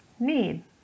need